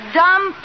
dumb